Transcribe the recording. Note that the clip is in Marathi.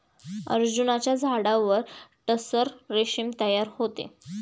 अर्जुनाच्या झाडावर टसर रेशीम तयार होते